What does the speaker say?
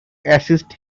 assist